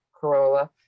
Corolla